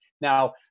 Now